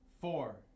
four